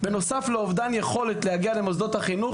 בנוסף לאובדן היכולת להגיע למוסדות החינוך